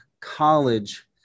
College